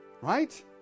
Right